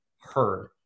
heard